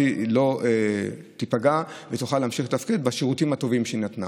לא תיפגע ותוכל להמשיך לתפקד עם השירותים הטובים שהיא נתנה.